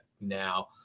now